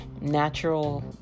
natural